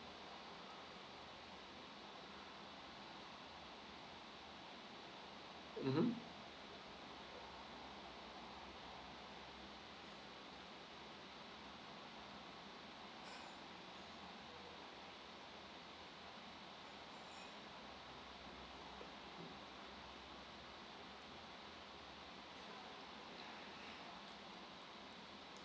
mmhmm